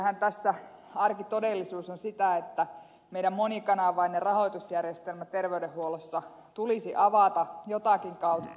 kyllähän tässä arkitodellisuus on sitä että meidän monikanavainen rahoitusjärjestelmämme terveydenhuollossa tulisi avata jotakin kautta